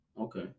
okay